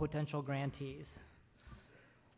potential grantees